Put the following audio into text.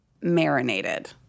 marinated